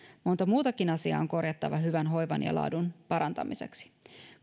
monta muutakin asiaa on korjattava hyvän hoivan ja laadun parantamiseksi